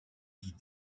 guinée